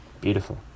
beautiful